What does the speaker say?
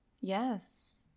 Yes